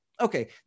Okay